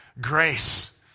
grace